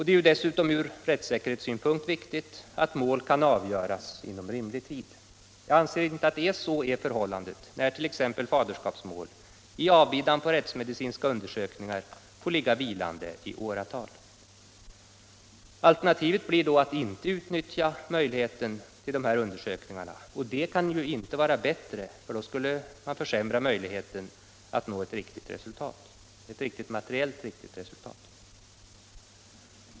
Det är dessutom från rättssäkerhetssynpunkt viktigt att mål kan avgöras inom rimlig tid. Jag anser inte att så är förhållandet, när t.ex. faderskapsmål i avbidan på rättsmedicinska undersökningar får ligga vilande i åratal. Alternativet blir då att inte utnyttja dessa undersökningar, vilket inte kan vara bättre, eftersom det skulle försämra möjligheten att nå ett materiellt riktigt resultat.